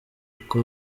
uko